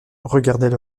regardaient